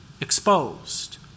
exposed